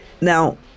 Now